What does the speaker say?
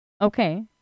Okay